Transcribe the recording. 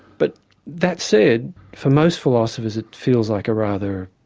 but that said, for most philosophers it feels like a rather,